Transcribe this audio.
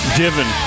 given